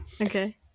okay